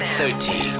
thirty